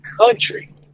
country